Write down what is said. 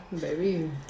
baby